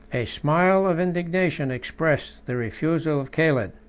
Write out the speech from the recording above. a smile of indignation expressed the refusal of caled.